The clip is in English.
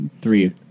Three